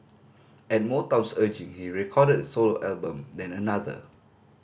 at Motown's urging he recorded a solo album then another